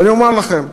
ואני אומר לכם.